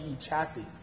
chassis